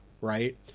right